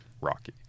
Rocky